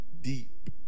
deep